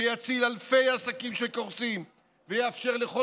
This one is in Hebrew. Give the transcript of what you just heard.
שיציל אלפי עסקים שקורסים ויאפשר לכל